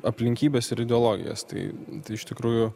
aplinkybes ir ideologijas tai iš tikrųjų